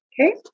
Okay